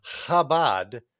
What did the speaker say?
Chabad